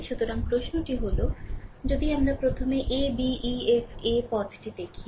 সুতরাং প্রশ্নটি হল যদি আমরা প্রথমে a b e f a পথটি দেখি